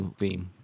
theme